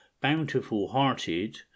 bountiful-hearted